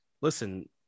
listen